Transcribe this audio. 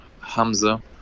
Hamza